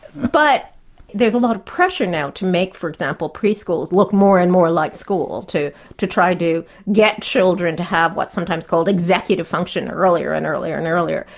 but there's a lot of pressure now to make for example, preschools look more and more like school, to to try to get children to have what's sometimes called executive function earlier and earlier and earlier,